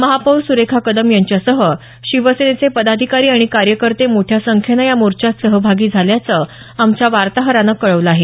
महापौर सुरेखा कदम यांच्यासह शिवसेनेचे पदाधिकारी आणि कार्यकर्ते मोठ्या संख्येनं या मोर्चात सहभागी झाल्याचं आमच्या वार्ताहरानं कळवलं आहे